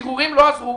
ערעורים לא עזרו,